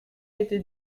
été